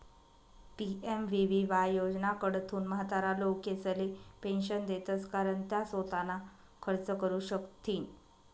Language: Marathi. पी.एम.वी.वी.वाय योजनाकडथून म्हातारा लोकेसले पेंशन देतंस कारण त्या सोताना खर्च करू शकथीन